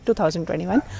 2021